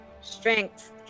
strength